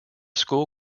school